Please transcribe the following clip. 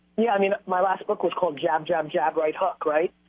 yeah, i mean, my last book was called, jab, jab, jab, right hook, right?